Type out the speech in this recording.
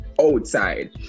outside